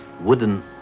wooden